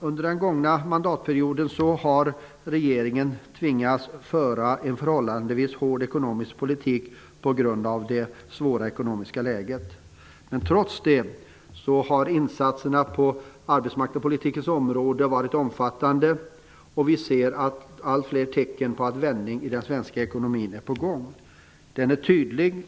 Under den gångna mandatperioden har regeringen tvingats föra en förhållandevis hård ekonomisk politik till följd av det svåra ekonomiska läget. Trots detta har insatserna på arbetsmarknadspolitikens område varit omfattande. Vi ser allt fler tecken på att en vändning i den svenska ekonomin är på gång. Den är tydlig.